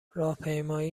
راهپیمایی